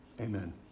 Amen